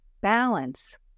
Balance